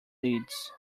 leads